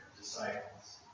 disciples